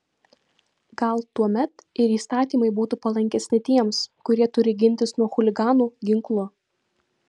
gal tuomet ir įstatymai būtų palankesni tiems kurie turi gintis nuo chuliganų ginklu